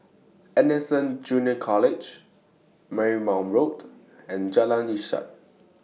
Anderson Junior College Marymount Road and Jalan Ishak